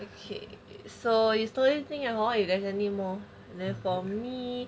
okay so you continue to think if there is anymore so for me